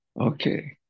Okay